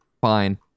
fine